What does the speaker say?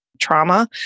trauma